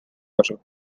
kasu